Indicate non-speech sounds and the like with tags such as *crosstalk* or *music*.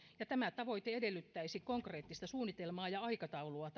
ja tähän tavoitteeseen pääseminen edellyttäisi konkreettista suunnitelmaa ja aikataulua *unintelligible*